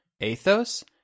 Athos